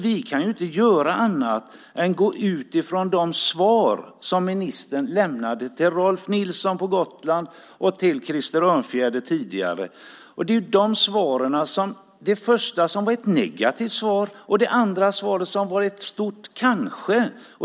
Vi kan ju inte göra annat än utgå från de svar som ministern tidigare lämnat till Rolf Nilsson på Gotland och till Krister Örnfjäder. Det första svaret var negativt och det andra ett stort kanske.